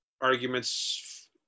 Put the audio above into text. arguments